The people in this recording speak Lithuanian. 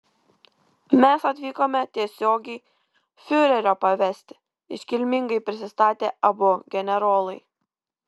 mes atvykome tiesiogiai fiurerio pavesti iškilmingai prisistatė abu generolai